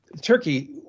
Turkey